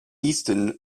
easton